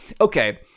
okay